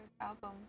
album